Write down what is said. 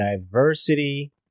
diversity